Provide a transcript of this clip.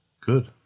good